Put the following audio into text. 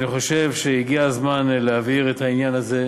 אני חושב שהגיע הזמן להבהיר את העניין הזה.